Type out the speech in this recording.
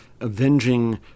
avenging